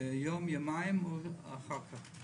יום-יומיים או אחרי כן?